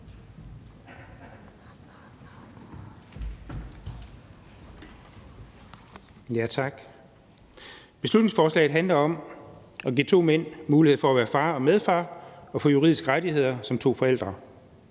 Tak. Beslutningsforslaget handler om at give to mænd mulighed for at være far og medfar og få juridiske rettigheder som to forældre.